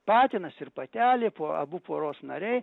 patinas ir patelė po abu poros nariai